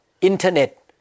internet